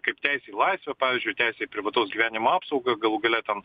kaip teisė į laisvę pavyzdžiui teisė privataus gyvenimo apsaugą galų gale ten